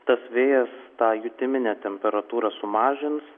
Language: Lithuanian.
tas vėjas tą jutiminė temperatūra sumažins